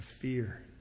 fear